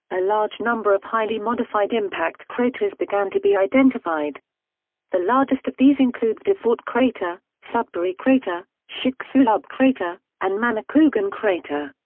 a large number of highly modified impact craters began to be identified the largest of these include vredefort crater, sudbury crater, chicxulub crater, and manicouagan crater.